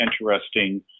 interesting